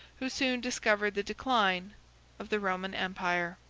who soon discovered the decline of the roman empire.